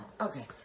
Okay